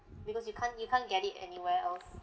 because you can't you can't get it anywhere else